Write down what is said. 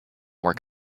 work